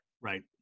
right